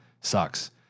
sucks